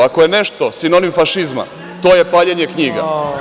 Ako je nešto sinonim fašizma, to je paljenje knjiga.